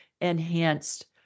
enhanced